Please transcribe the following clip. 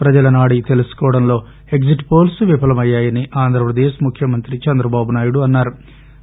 ప్రజల నాడీ తెలుసుకోవడంలో ఎగ్జిట్ పోల్ప్ విఫలమయ్యాయని ఆంధ్రప్రదేశ్ ముఖ్యమంత్రి చంద్రబాబునాయుడు అన్సారు